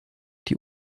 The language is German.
die